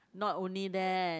not only that